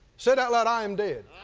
say it out loud i am dead